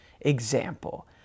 example